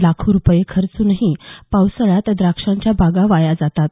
लाखो रुपये खर्चूनही पावसाळ्यात द्राक्षाच्या बागा वाया जातात